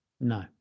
No